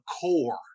core